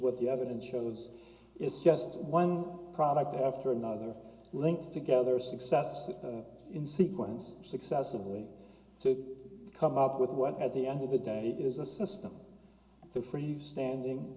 what the evidence shows is just one product after another linked together success that in sequence successively to come up with what at the end of the day it is a system the freestanding